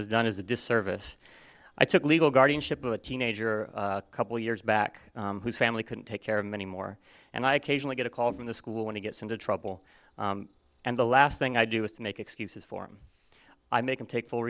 has done is a disservice i took legal guardianship of a teenager a couple years back whose family couldn't take care of him anymore and i occasionally get a call from the school when he gets into trouble and the last thing i do is to make excuses for him i make him take full